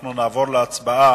אנחנו נעבור להצבעה,